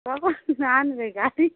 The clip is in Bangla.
কখন আনবে গাড়ি